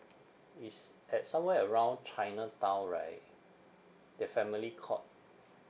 is at somewhere around chinatown right the family court